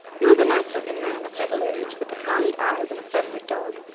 he was a nice-looking man of middle age, with the kind eyes of a friendly dog.